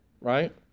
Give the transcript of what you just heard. Right